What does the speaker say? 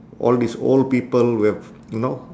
all these old people who have you know